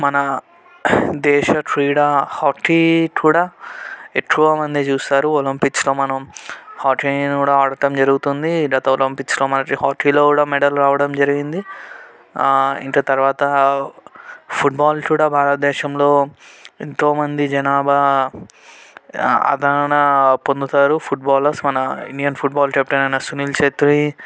మన దేశ క్రీడా హాకీ కూడా ఎక్కువమంది చూస్తారు ఒలంపిక్స్లో మనం హాకీని కూడా ఆడడం జరుగుతుంది గత ఒలంపిక్స్లో మనకు హాకీలో కూడా మెడల్ రావడం జరిగింది ఇంత తర్వాత ఫుట్బాల్ కూడా భారతదేశంలో ఎంతోమంది జనాభా ఆదరణ పొందుతారు ఫుట్బాల్ మన ఇండియన్ ఫుట్బాల్ కెప్టెన్ అయినా సునీల్ ఛెత్రి